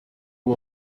ubu